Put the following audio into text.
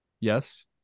Yes